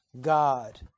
God